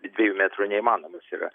dviejų metrų neįmanomas yra